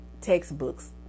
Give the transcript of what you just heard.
textbooks